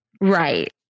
Right